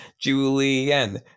Julian